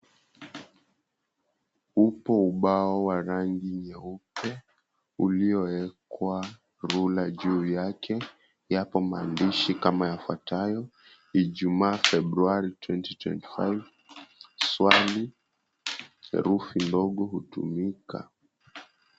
Upo ubao wa rangi nyeupe ulioekwa rula juu yake yapo maandishi kama yafuatayo Ijumaa Februari 2025 swali herufi ndogo hutumika.